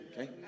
Okay